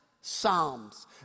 psalms